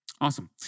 Awesome